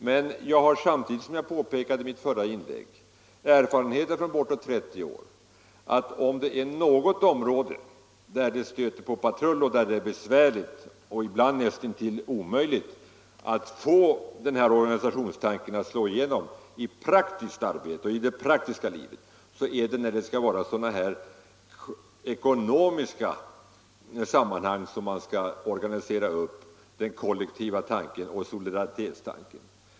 Samtidigt har jag, som jag påpekade i mitt förra inlägg, erfarenheter från bortåt 30 år som säger att om det är något område, där det stöter på patrull och är besvärligt och ibland nästintill omöjligt att få organisationstanken att slå igenom i det praktiska livet, så är det när det gäller att i sådana här ekonomiska sammanhang organisera upp verk samheten kollektivt och solidariskt.